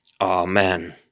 Amen